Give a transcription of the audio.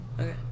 Okay